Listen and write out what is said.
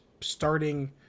starting